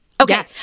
Okay